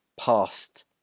past